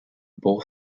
both